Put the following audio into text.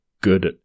good